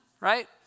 right